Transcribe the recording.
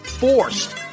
Forced